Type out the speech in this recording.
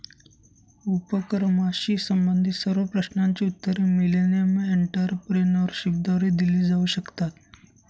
उपक्रमाशी संबंधित सर्व प्रश्नांची उत्तरे मिलेनियम एंटरप्रेन्योरशिपद्वारे दिली जाऊ शकतात